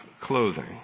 clothing